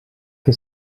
que